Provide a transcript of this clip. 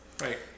Right